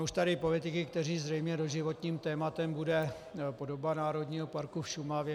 Už tady máme politiky, jejichž zřejmě doživotním tématem bude podoba Národního parku Šumava.